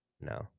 No